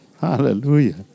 Hallelujah